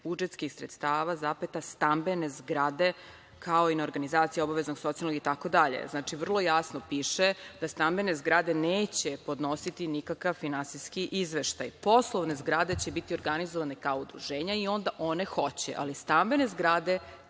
budžetskih sredstava, stambene zgrade, kao i na organizacije obaveznog socijalnog itd. Znači vrlo jasno piše, da stambene zgrade neće podnositi nikakav finansijski izveštaj. Poslovne zgrade će biti organizovane kao udruženja i onda one hoće, ali stambene zgrade